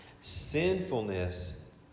Sinfulness